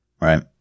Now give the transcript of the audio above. right